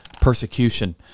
persecution